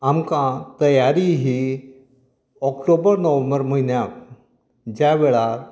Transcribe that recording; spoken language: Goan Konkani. आमकां तयारी ही ऑक्टोबर नोव्हेंबर म्हयन्यांत ज्या वेळार